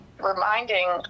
reminding